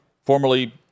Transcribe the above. formerly